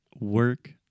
work